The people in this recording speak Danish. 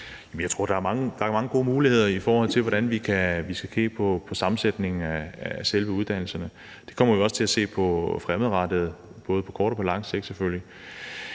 Jeg tror, der er megen mange gode muligheder, i forhold til hvordan vi kan se på sammensætningen af selve uddannelserne. Det kommer vi også til at se på fremadrettet, både på kort og på lang sigt, selvfølgelig.